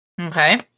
Okay